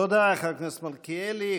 תודה, חבר הכנסת מלכיאלי.